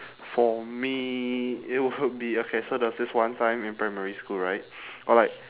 for me it would be okay so there was this one time in primary school right or like